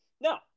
now